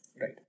right